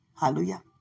Hallelujah